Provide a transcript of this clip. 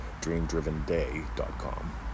DreamDrivenDay.com